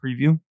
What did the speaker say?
preview